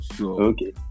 okay